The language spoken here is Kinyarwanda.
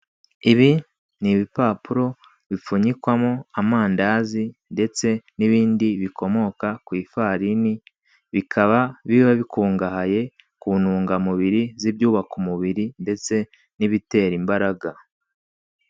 Ibi ni ibipapuro bipfunyikwamo amandazi ndetse nibindi bikomoka ku ifarini bikaba biba bikungahaye ku ntungamubiri z'ibyubaka umubiri ndetse n'ibitera imbaraga.